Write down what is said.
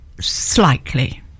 slightly